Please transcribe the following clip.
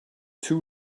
two